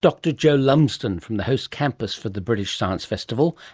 dr jo lumsden from the host campus for the british science festival,